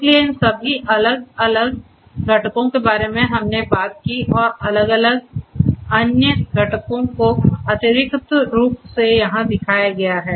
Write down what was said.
इसलिए इन सभी अलग अलग घटकों के बारे में हमने बात की और अलग अलग अन्य घटकों को अतिरिक्त रूप से यहाँ दिखाया गया है